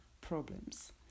problems